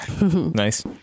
Nice